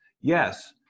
Yes